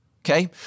okay